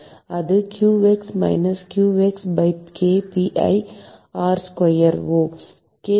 அது qx minus qx by k pi r square O